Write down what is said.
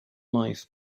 life